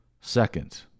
Second